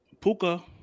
Puka